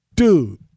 Dude